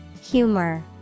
Humor